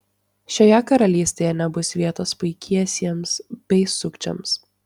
šioje karalystėje nebus vietos paikiesiems bei sukčiams